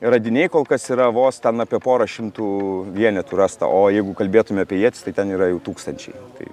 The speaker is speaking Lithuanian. radiniai kol kas yra vos ten apie porą šimtų vienetų rasta o jeigu kalbėtume apie ietis tai ten yra jau tūkstančiai tai